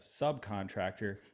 subcontractor